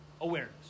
awareness